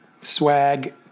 swag